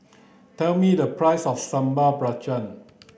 tell me the price of Sambal Belacan